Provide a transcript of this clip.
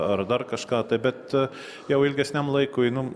ar dar kažką bet jau ilgesniam laikui nu